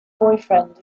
boyfriend